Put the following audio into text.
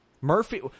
Murphy